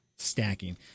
stacking